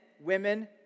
women